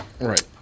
Right